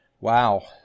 wow